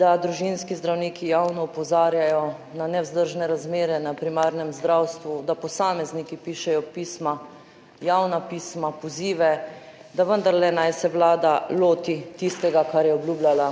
da družinski zdravniki javno opozarjajo na nevzdržne razmere na primarnem zdravstvu, da posamezniki pišejo pisma, javna pisma, pozive, da vendarle naj se vlada loti tistega, kar je obljubljala